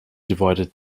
divided